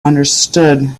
understood